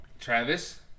Travis